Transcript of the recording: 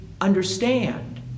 understand